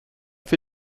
für